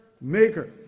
maker